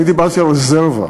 דיברתי על רזרבה.